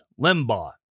Limbaugh